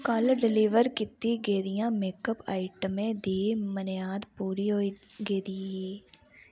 कल डिलीवर कीती गेदियां मेकअप आइटमें दी मनेआद पूरी होई गेदी ही